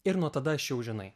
ir nuo tada aš jau žinai